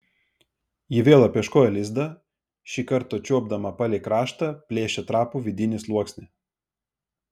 ji vėl apieškojo lizdą šį kartą čiuopdama palei kraštą plėšė trapų vidinį sluoksnį